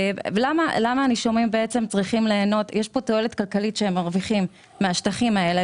יש תועלת כלכלית שהם מרוויחים מהשטחים האלה,